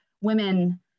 women